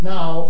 Now